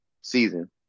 season